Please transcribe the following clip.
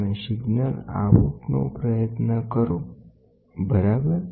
પછી તમે સિગ્નલ આઉટનો પ્રયત્ન કરો બરાબર